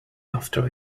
after